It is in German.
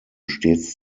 stets